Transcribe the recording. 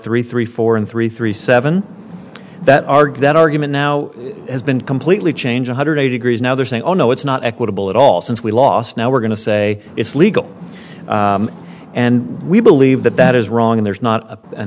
three three four and three three seven that argue that argument now has been completely change one hundred eight degrees now they're saying oh no it's not equitable at all since we lost now we're going to say it's legal and we believe that that is wrong there's not a